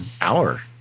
hour